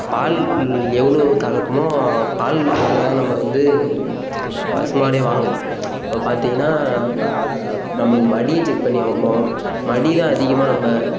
பால் எவ்வளோ கறக்குமோ பாலுக்காக நம்ம வந்து பசு மாடே வாங்குகிறோம் இப்போ பார்த்திங்கன்னா இப்போ நம்ம மடியை செக் பண்ணி பார்ப்போம் மடி தான் அதிகமாக நம்ம